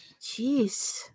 jeez